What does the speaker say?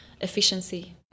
efficiency